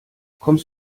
kommst